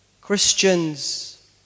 Christians